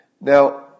Now